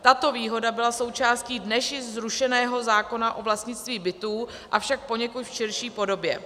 Tato výhoda byla součástí dnes již zrušeného zákona o vlastnictví bytů, avšak v poněkud širší podobě.